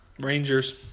Rangers